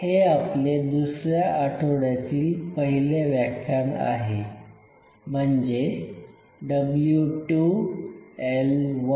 हे आपले दुसऱ्या आठवड्यातील पहिले व्याख्यान आहे म्हणजे W2 L1